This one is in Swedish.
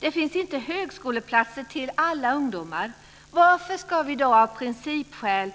Det finns inte högskoleplatser till alla ungdomar. Varför ska vi då av principskäl